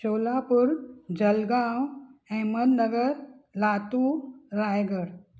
Solapur Jalgaon Ahmednagar Latur Raigad